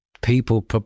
People